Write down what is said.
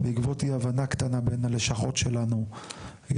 בעקבות אי הבנה קטנה בין הלשכות שלנו היא